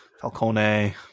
falcone